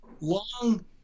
long